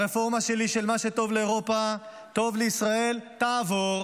הרפורמה שלי של מה שטוב לאירופה טוב לישראל תעבור